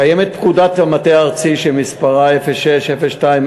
קיימת פקודת המטה הארצי שמספרה 06.02.10